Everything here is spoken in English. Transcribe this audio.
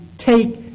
take